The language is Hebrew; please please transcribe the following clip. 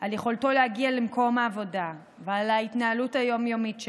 על יכולתו להגיע למקום העבודה ועל ההתנהלות היום-יומית שלו.